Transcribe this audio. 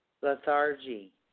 lethargy